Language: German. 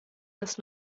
das